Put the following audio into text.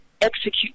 execute